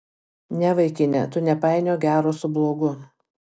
ne vaikine tu nepainiok gero su blogu